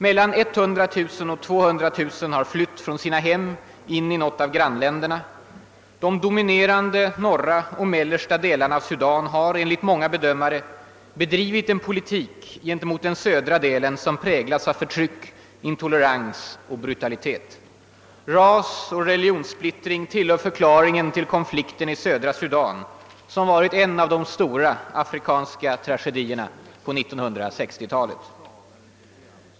Mellan 100000 och 200 000 har flytt från sina hem in i något av grannländerna. De dominerande norra och mellersta delarna av Sudan har enligt många bedömare bedrivit en politik gentemot den södra delen som präglats av förtryck, intolerans och brutalitet. Rasoch religionssplittring ingår i för klaringen till konflikten i södra Sudan, som varit en av de stora afrikanska tragedierna på 1960-talet.